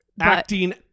Acting